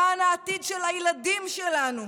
למען העתיד של הילדים שלנו,